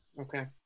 okay